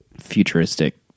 futuristic